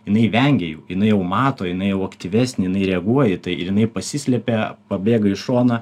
jinai vengia jų jinai jau mato jinai jau aktyvesnė jinai reaguoj į tai ir jinai pasislepia pabėga į šoną